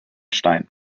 stein